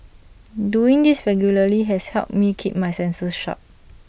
doing this regularly has helped me keep my senses sharp